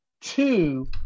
two